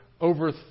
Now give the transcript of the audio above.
over